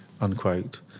unquote